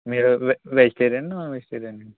మీరు వె వెజిటేరియనా నాన్ వెజిటేరియనా